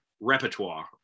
repertoire